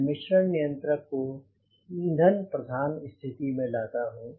मैं मिश्रण नियंत्रक को ईंधन प्रधान स्थिति में लाता हूँ